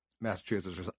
Massachusetts